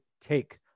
take